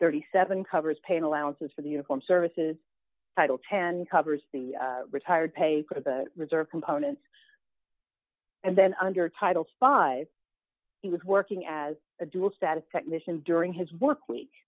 thirty seven dollars covers paying allowances for the uniform services title ten covers the retired pay for the reserve components and then under title five he was working as a dual status technician during his workweek